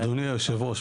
אדוני יושב הראש,